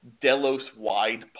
Delos-wide